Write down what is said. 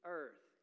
earth